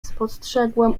spostrzegłem